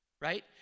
right